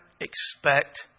expect